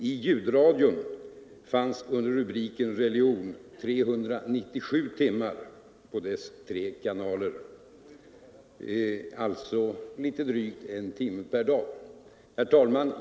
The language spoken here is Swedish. I ljudradion kan under rubriken ”Religion” räknas in 397 timmar på dess tre kanaler, alltså litet drygt en timme per dag. Herr talman!